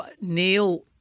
Neil